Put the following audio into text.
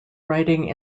writing